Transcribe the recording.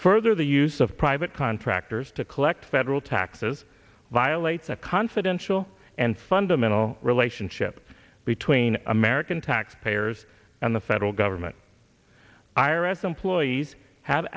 further the use of private contractors to collect federal taxes violates a confidential and fundamental relationship between american taxpayers and the federal government i r s employees have